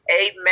Amen